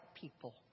people